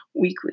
weekly